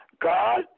God